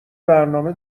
برنامه